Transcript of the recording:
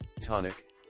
tonic